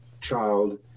child